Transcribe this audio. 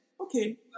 okay